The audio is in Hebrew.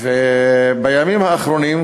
ובימים האחרונים,